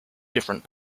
different